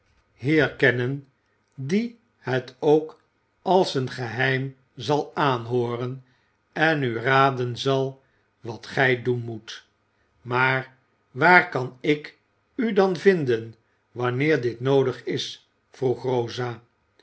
kennen die het ook als een geheim zal aanhooren en u raden zal wat gij doen moet maar waar kan ik u dan vinden wanneer dit noodig is vroeg rosa